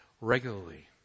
regularly